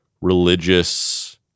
religious